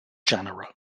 general